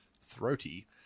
throaty